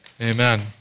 Amen